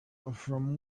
from